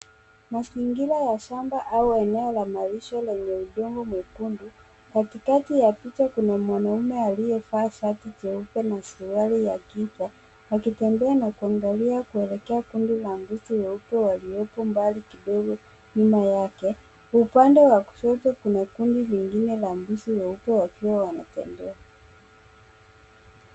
Mazingira ya shamba au eneo la malisho lenye udongo mwekundu. Katikati ya picha kuna mwanaume aliyevaa shati jeupe na suruali ya giza akitembea na kuangalia kuelekea kundi la mbuzi weupe waliopo mbali kidogo nyuma yake. Upande wa kushoto kuna kundi lingine la mbuzi weupe wakiwa wanatembea.